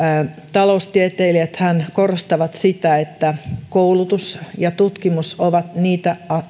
taloustieteilijäthän korostavat sitä että koulutus ja tutkimus ovat niitä